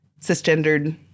cisgendered